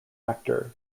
actor